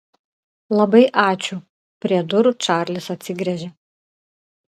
labai ačiū prie durų čarlis atsigręžė